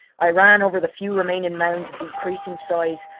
i ran over the few remaining mounds of decreasing size,